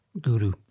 guru